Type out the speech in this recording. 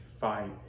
fight